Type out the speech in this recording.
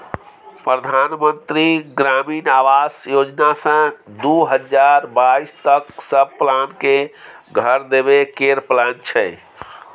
परधान मन्त्री ग्रामीण आबास योजना सँ दु हजार बाइस तक सब केँ घर देबे केर प्लान छै